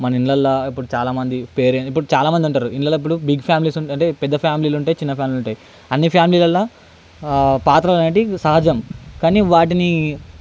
మన ఇళ్ళల్లో ఇప్పుడు చాలామంది ఇప్పుడు చాలామంది ఉంటారు ఇళ్ళల్లో ఇప్పుడు బిగ్ ఫ్యామిలీ అంటే పెద్ద ఫ్యామిలీలు ఉంటాయి చిన్న ఫ్యామిలీలు ఉంటాయి అన్ని ఫ్యామిలీల్లో పాత్రలు అనేటివి సహజం కానీ వాటిని